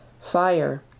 Fire